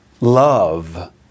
Love